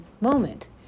moment